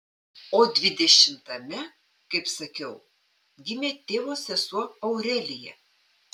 o dvidešimtame kaip sakiau gimė tėvo sesuo aurelija